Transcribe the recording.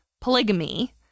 polygamy